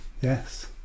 Yes